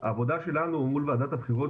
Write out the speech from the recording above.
בקלפי מבודדים צריך,